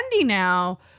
now